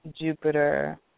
Jupiter